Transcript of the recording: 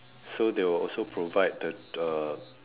so they will also provide the uh